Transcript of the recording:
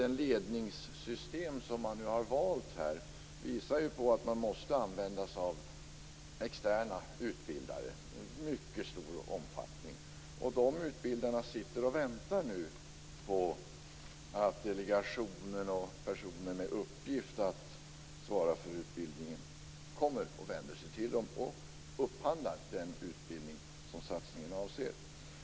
Det ledningssystem som man har valt kräver användande av externa utbildare i mycket stor omfattning. Utbildarna sitter nu och väntar på att delegationen och de personer som svarar för utbildningen skall vända sig till dem och upphandla den utbildning som satsningen avser.